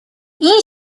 این